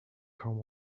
come